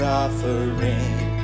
offering